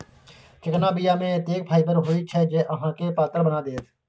चिकना बीया मे एतेक फाइबर होइत छै जे अहाँके पातर बना देत